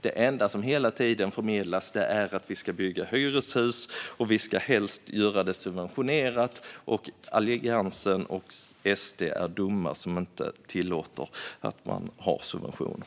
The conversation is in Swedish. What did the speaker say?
Det enda som hela tiden förmedlas är att vi ska bygga hyreshus, att vi helst ska göra det subventionerat och att alliansen och SD är dumma som inte tillåter att man har subventioner.